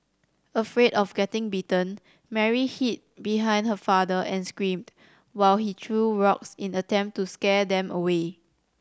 afraid of getting bitten Mary hid behind her father and screamed while he threw rocks in an attempt to scare them away